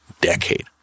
decade